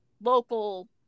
local